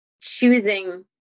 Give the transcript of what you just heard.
choosing